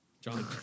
John